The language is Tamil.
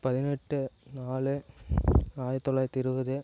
பதினெட்டு நாலு ஆயிரத்தி தொள்ளாயிரத்தி இருபது